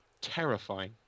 terrifying